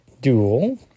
duel